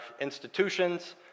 institutions